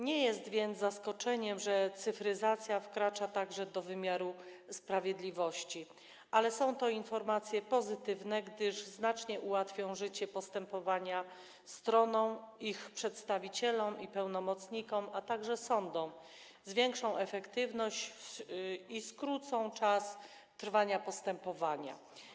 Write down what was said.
Nie jest więc zaskoczeniem, że cyfryzacja wkracza także do wymiaru sprawiedliwości, ale są to informacje pozytywne, gdyż znacznie ułatwią życie stronom postępowania, ich przedstawicielom i pełnomocnikom, a także sądom, zwiększą efektywność i skrócą czas trwania postępowania.